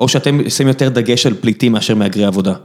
או שאתם שמים יותר דגש על פליטים מאשר מהגרי עבודה